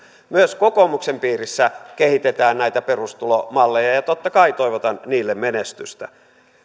myös kokoomuksen piirissä kehitetään näitä perustulomalleja ja totta kai toivotan niille menestystä